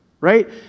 right